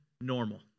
normal